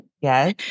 Yes